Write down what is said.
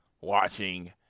watching